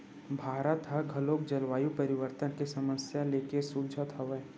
भारत ह घलोक जलवायु परिवर्तन के समस्या लेके जुझत हवय